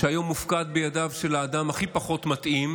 שהיום מופקד בידיו של האדם הכי פחות מתאים,